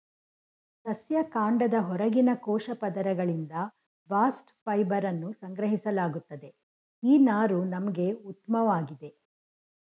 ಸಸ್ಯ ಕಾಂಡದ ಹೊರಗಿನ ಕೋಶ ಪದರಗಳಿಂದ ಬಾಸ್ಟ್ ಫೈಬರನ್ನು ಸಂಗ್ರಹಿಸಲಾಗುತ್ತದೆ ಈ ನಾರು ನಮ್ಗೆ ಉತ್ಮವಾಗಿದೆ